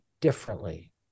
differently